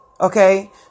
Okay